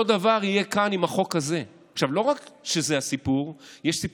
אותו דבר יהיה כאן, עם החוק הזה.